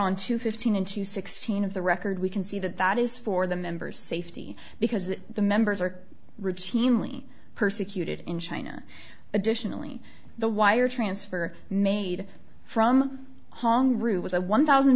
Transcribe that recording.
on two fifteen to sixteen of the record we can see that that is for the members safety because the members are routinely persecuted in china additionally the wire transfer made from hong rue with a one thousand